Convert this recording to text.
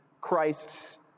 Christ's